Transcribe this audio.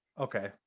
Okay